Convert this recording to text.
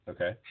Okay